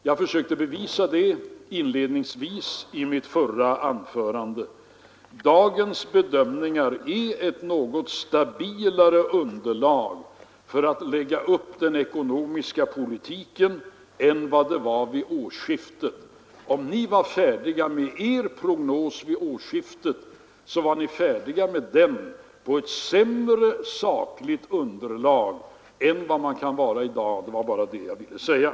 Jag försökte belysa det inledningsvis i mitt förra anförande. Dagens bedömningar när det gäller uppläggningen av den ekonomiska politiken vilar på ett något stabilare underlag än man hade vid årsskiftet. Om ni var färdiga med er prognos vid årsskiftet, så vilar den på ett sämre sakligt underlag än vad vi i dag har. Det var bara det jag ville säga.